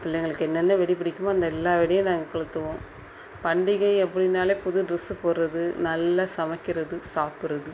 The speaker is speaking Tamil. பிள்ளைங்களுக்கு எந்தெந்த வெடி பிடிக்குமோ அந்த எல்லாம் வெடியும் நாங்கள் கொளுத்துவோம் பண்டிகை அப்படின்னாலே புது ட்ரெஸ்ஸு போடுறது நல்லா சமைக்கிறது சாப்புடுறது